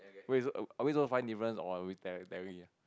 wait so are we suppose to find difference or what we pairing here